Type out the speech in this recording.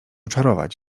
czarować